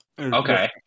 Okay